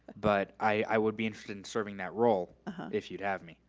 but i would be interested in serving that role if you'd have me.